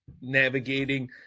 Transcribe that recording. navigating